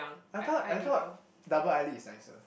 I thought I thought double eyelid is nicer